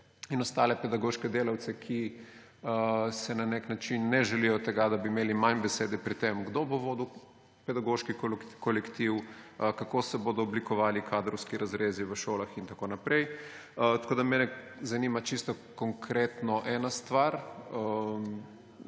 in ostale pedagoške delavce, ki si na nek način ne želijo tega, da bi imeli manj besede pri tem, kdo bo vodil pedagoški kolektiv, kako se bodo oblikovali kadrovski razrezi v šolah in tako naprej. Tako me zanima povsem konkretno naslednje.